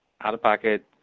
Out-of-pocket